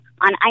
on